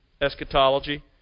eschatology